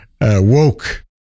woke